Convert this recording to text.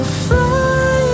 fly